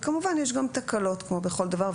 וכמובן יש גם תקלות כמו בכל דבר,